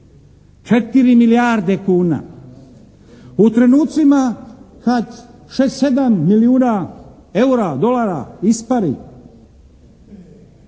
4 milijarde kuna, u trenutcima kad 6-7 milijuna eura, dolara ispari